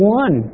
one